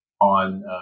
on